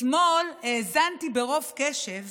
אתמול האזנתי ברוב קשב